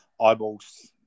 eyeballs